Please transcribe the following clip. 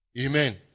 Amen